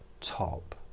top